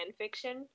fanfiction